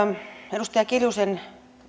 edustaja kiljusen